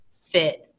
fit